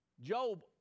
Job